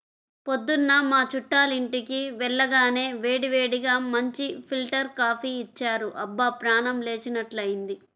పొద్దున్న మా చుట్టాలింటికి వెళ్లగానే వేడివేడిగా మంచి ఫిల్టర్ కాపీ ఇచ్చారు, అబ్బా ప్రాణం లేచినట్లైంది